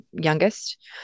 youngest